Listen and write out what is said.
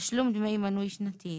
ותשלום דמי מנוי שנתיים.